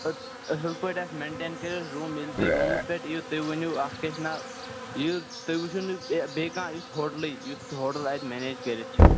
اصٕل پٲٹھۍ حظ میٚنٹین کٔرِتھ روٗم ییٚلہِ تُہۍ روٗمَس پیٚٹھ یِیِو تُہۍ ؤنِو اَتھ کیٛاہ چھُ ناو یہِ تُہۍ وُچھِو نہٕ بےٚ بیٚیہِ کانٛہہ یُتھ ہوٹلٕے یُتھ سُہ ہوٹَل اتہِ مینیج کٔرِتھ چھُ